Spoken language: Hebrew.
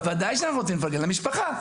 בוודאי שאנחנו רוצים לפרגן למשפחה.